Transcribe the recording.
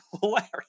hilarious